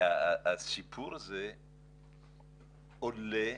הסיפור הזה עולה